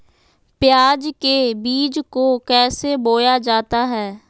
प्याज के बीज को कैसे बोया जाता है?